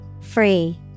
Free